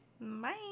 Bye